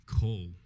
call